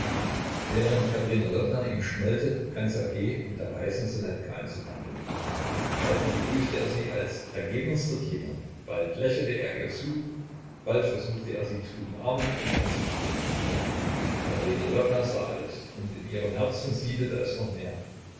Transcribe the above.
während katerina lwowna ihm schmollte begann ssergej mit der weißen ssonetka anzubandeln bald begrüßte er sie als ergebenster diener bald lächelte er ihr zu bald versuchte er sie zu umarmen und an sich zu drücken katerina lwowna sah alles und in ihrem herzen siedete es noch mehr